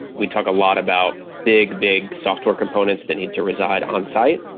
we talk a lot about big, big software components that need to reside on-site,